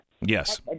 Yes